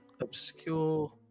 obscure